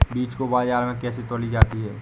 बीज को बाजार में कैसे तौली जाती है?